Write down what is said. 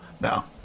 Now